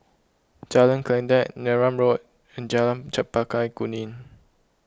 Jalan Kledek Neram Road and Jalan Chempaka Kuning